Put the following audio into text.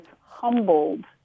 humbled